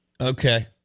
Okay